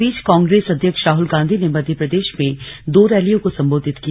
इस बीच कांग्रेस अध्यक्ष राहल गांधी ने मध्य प्रदेश में दो रैलियों को संबोधित किया